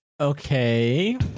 Okay